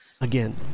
Again